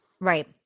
right